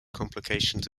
complications